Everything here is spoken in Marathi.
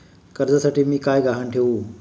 कर्जासाठी मी काय गहाण ठेवू?